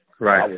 Right